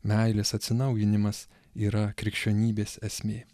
meilės atsinaujinimas yra krikščionybės esmė